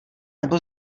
nebo